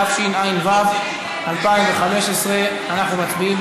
התשע"ו 2015. אנו מצביעים,